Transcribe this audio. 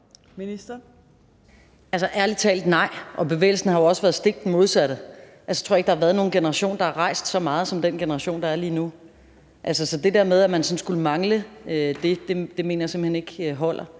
Ærlig talt: Nej, og bevægelsen har jo også været den stik modsatte. Jeg tror ikke, der har været nogen generation, der har rejst så meget som den generation, der er lige nu. Så det med, at man sådan skulle mangle det, mener jeg simpelt hen ikke holder.